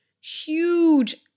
huge